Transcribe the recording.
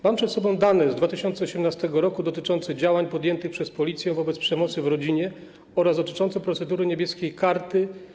Mam przed sobą dane z 2018 r. dotyczące działań podjętych przez policję w przypadku przemocy w rodzinie oraz dotyczące procedury „Niebieskie karty”